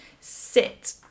sit